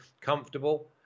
comfortable